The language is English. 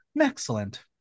excellent